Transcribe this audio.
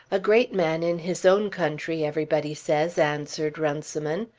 a great man in his own country everybody says, answered runciman.